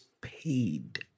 paid